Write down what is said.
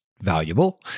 valuable